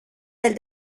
del